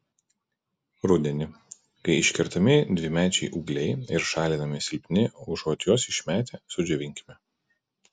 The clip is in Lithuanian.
rudenį kai iškertami dvimečiai ūgliai ir šalinami silpni užuot juos išmetę sudžiovinkime